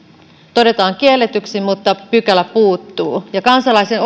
todetaan kielletyksi mutta pykälä puuttuu ja kansalaisen